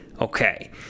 Okay